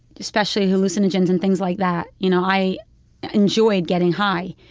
especially hallucinogens and things like that. you know, i enjoyed getting high,